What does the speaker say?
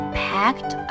packed